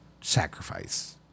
sacrifice